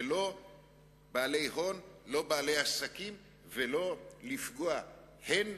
ולא בעלי הון, לא בעלי עסקים, ולא לפגוע הן